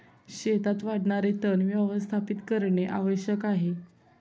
शेतात वाढणारे तण व्यवस्थापित करणे आवश्यक आहे